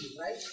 right